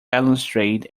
balustrade